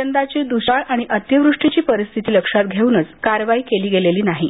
यंदाची द्ष्काळ आणि अतिवृष्टीची परिस्थिती लक्षात घेऊनच कारवाई केली गेलेली नाही